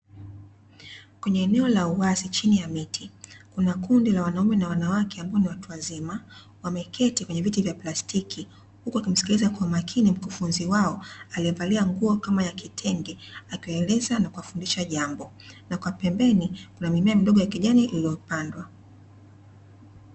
Kwenye eneo la uwazi chini ya miti, kuna kundi la wanaume na wanawake ambao ni watu wazima wameketi kwenye viti vya plastiki huku wakimsikiliza mkufunzi wao aliyevalia nguo kama ya kitenge akiwaeleza na kuwafundisha jambo. Na kwa pembeni kuna mimea midogo ya kijani iliyopandwa.